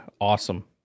awesome